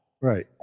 right